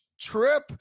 trip